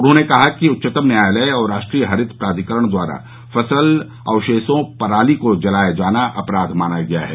उन्होंने कहा कि उच्चतम न्यायालय और राष्ट्रीय हरित प्राधिकरण द्वारा फसल अवशेषों पराली को जलाया जाना अपराध माना गया है